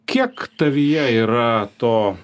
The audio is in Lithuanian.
kiek tavyje yra to